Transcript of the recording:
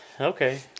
Okay